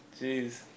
Jeez